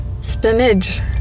Spinach